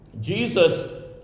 Jesus